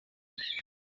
byo